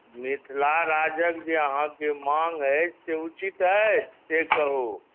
मिथिला राज्यकजे अहाँके माङ्ग अछि से उचित अछि से कहू